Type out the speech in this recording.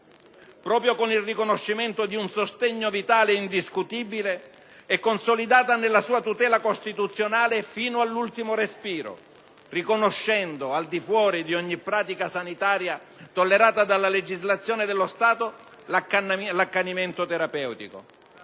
proprio con il riconoscimento di un sostegno vitale indiscutibile, è consolidata nella sua tutela costituzionale fino all'ultimo respiro, riconoscendo al di fuori di ogni pratica sanitaria tollerata dalla legislazione dello Stato l'accanimento terapeutico.